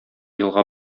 елга